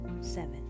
Seven